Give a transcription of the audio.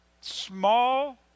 small